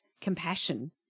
compassion